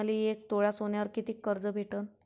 मले एक तोळा सोन्यावर कितीक कर्ज भेटन?